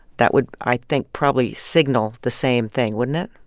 that would, i think, probably, signal the same thing, wouldn't it?